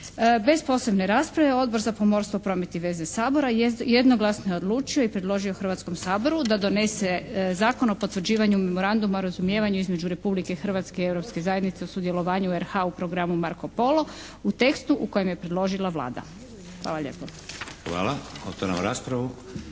Bez posebne rasprave Odbor za pomorstvo, promet i veze Sabora jednoglasno je odlučio i predložio Hrvatskom saboru da donese Zakon o potvrđivanju Memoranduma o razumijevanju između Republike Hrvatske i Europske zajednice o sudjelovanju RH u programu Marko Polo, u tekstu u kojem je predložila Vlada. Hvala lijepo.